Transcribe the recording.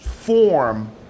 Form